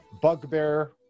bugbear